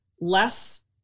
less